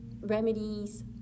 remedies